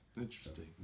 Interesting